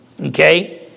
Okay